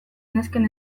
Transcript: nesken